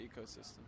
ecosystem